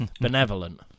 Benevolent